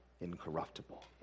incorruptible